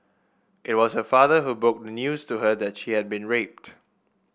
it was her father who broke the news to her that she had been raped